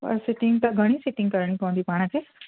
पर सीटिंग त घणी सीटिंग करिणी पवंदी पाण खे